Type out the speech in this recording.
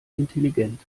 intelligent